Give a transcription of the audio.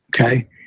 Okay